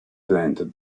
tenente